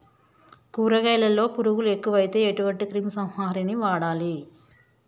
కూరగాయలలో పురుగులు ఎక్కువైతే ఎటువంటి క్రిమి సంహారిణి వాడాలి?